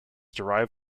derived